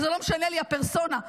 ולא משנה לי הפרסונה.